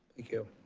you.